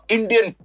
Indian